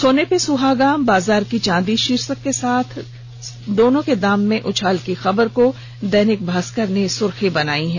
सोने पे सुहागा बाजार की चांदी शीर्षक के साथ दोनों के दाम में उछाल की खबर को दैनिक भास्कर ने पहली सुर्खी बनाया है